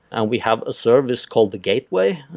and we have a service called the gateway,